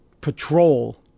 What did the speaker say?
patrol